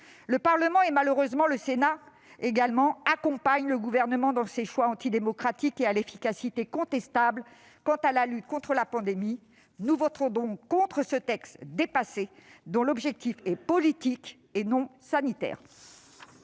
le Parlement, y compris malheureusement le Sénat, accompagne le Gouvernement dans ses choix antidémocratiques à l'efficacité contestable quant à la lutte contre la pandémie. Nous voterons donc contre ce texte dépassé, dont l'objectif est politique et non sanitaire.